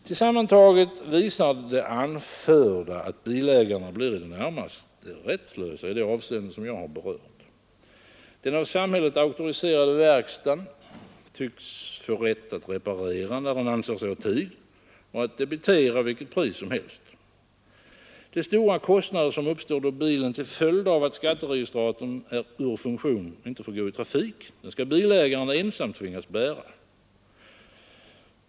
Tillsammantaget visar det anförda att bilägaren blir i det närmaste rättslös i de avseenden som jag har berört. Den av samhället auktoriserade verkstaden tycks få rätt att reparera när den anser sig ha tid och att debitera vilket pris som helst. De stora kostnader som uppstår då bilen, till följd av att skatteregistratorn är ur funktion, inte får gå i trafik, skall bilägaren ensam tvingas bära.